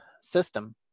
system